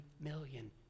million